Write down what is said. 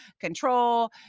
control